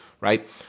right